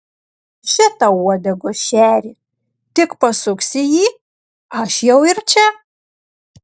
še tau uodegos šerį tik pasuksi jį aš jau ir čia